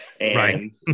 Right